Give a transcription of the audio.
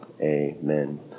Amen